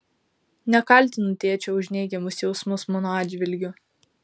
nekaltinu tėčio už neigiamus jausmus mano atžvilgiu